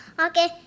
Okay